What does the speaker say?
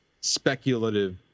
speculative